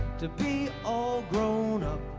to be all grown up,